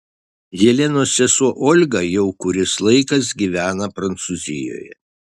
jelenos sesuo olga jau kuris laikas gyvena prancūzijoje